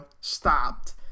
stopped